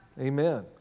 Amen